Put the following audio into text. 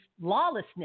lawlessness